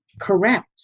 correct